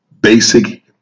basic